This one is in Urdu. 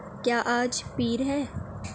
کیا آج پیر ہے